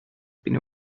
been